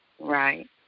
Right